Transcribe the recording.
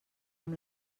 amb